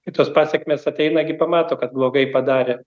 ir tos pasekmės ateina gi pamato kad blogai padarė